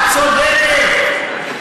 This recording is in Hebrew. את צודקת.